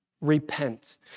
Repent